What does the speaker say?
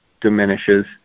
diminishes